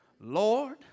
Lord